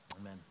amen